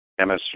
MSU